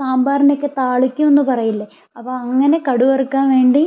സാമ്പാറിനൊക്കെ താളിക്കുമെന്ന് പറയില്ലേ അപ്പം അങ്ങനെ കടുക് വറുക്കാൻ വേണ്ടി